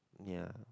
ya